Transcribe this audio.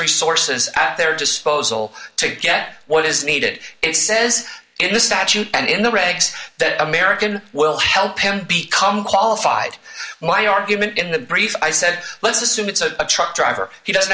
resources at their disposal to get what is needed it says in the statute and in the regs that american will help him be calm qualified my argument in the brief i said let's assume it's a truck driver he doesn't